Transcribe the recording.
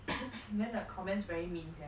then the comments very mean sia